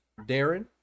Darren